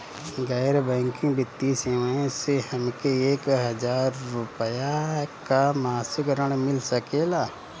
गैर बैंकिंग वित्तीय सेवाएं से हमके एक हज़ार रुपया क मासिक ऋण मिल सकेला?